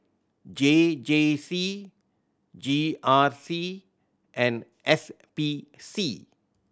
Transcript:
J J C G R C and S P C